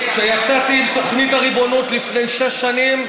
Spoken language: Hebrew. כשיצאתי עם תוכנית הריבונות לפני שש שנים,